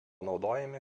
naudojami